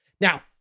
Now